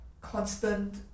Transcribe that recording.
constant